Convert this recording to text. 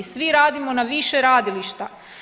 Svi radimo na više radilišta.